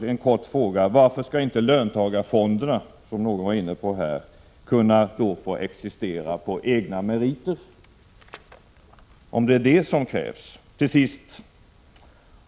Men varför skall inte löntagarfonderna — som någon var inne på — kunna få existera på egna meriter?